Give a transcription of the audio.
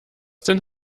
denn